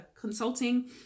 consulting